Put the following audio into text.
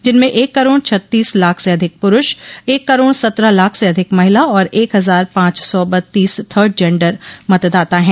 जिनमें एक करोड़ छत्तीस लाख से अधिक पुरूष एक करोड़ सत्रह लाख से अधिक महिला और एक हजार पांच सौ बत्तीस थर्ड जेंडर मतदाता हैं